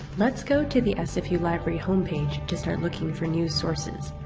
let's go to the sfu library homepage to start looking for news sources.